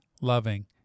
loving